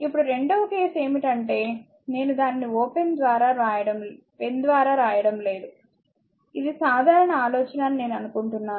ఇప్పుడు రెండవ కేసు ఏమిటంటే నేను దానిని పెన్ ద్వారా వ్రాయడంలేదు ఇది సాధారణ ఆలోచన అని నేను అనుకుంటున్నాను